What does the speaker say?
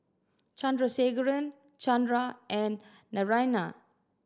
Chandrasekaran Chandra and Naraina